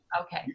Okay